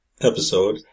episode